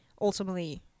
ultimately